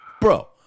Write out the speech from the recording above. Bro